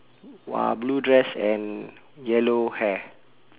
!wah! blue dress and yellow hair